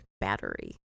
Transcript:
battery